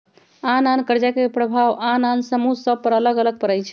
आन आन कर्जा के प्रभाव आन आन समूह सभ पर अलग अलग पड़ई छै